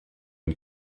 une